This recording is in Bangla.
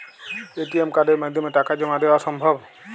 এ.টি.এম কার্ডের মাধ্যমে টাকা জমা দেওয়া সম্ভব?